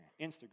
Instagram